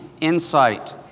insight